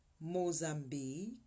Mozambique